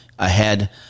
ahead